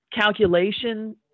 calculation